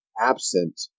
absent